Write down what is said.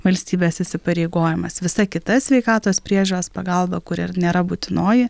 valstybės įsipareigojimas visa kita sveikatos priežiūros pagalba kur ir nėra būtinoji